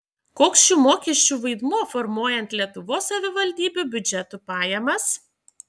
koks šių mokesčių vaidmuo formuojant lietuvos savivaldybių biudžetų pajamas